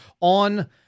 on